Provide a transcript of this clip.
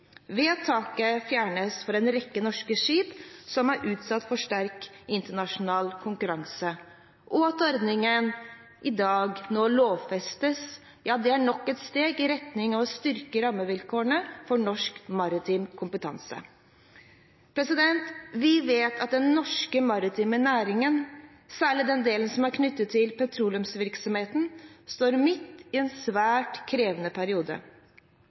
fjernes for en rekke norske skip som er utsatt for sterk internasjonal konkurranse. At ordningen nå lovfestes, er nok et steg i retning av å styrke rammevilkårene for norsk maritim kompetanse. Vi vet at den norske maritime næringen, særlig den delen som er knyttet til petroleumsvirksomhet, står midt i en svært krevende periode.